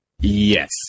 Yes